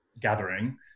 gathering